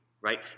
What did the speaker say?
right